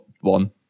one